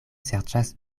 serĉas